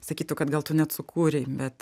sakytų kad gal tu net sukūrei bet